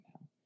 now